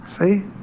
See